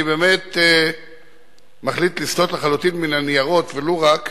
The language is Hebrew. אני באמת מחליט לסטות לחלוטין מן הניירות ולו רק,